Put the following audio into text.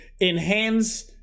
enhance